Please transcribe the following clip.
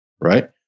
right